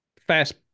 fast